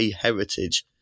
heritage